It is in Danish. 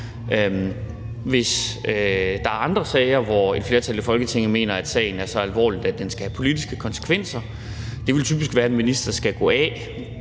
kan være andre sager, hvor et flertal i Folketinget mener, at sagen er så alvorlig, at den skal have politiske konsekvenser. Det vil typisk være, at en minister skal gå af.